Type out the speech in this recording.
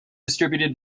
distributed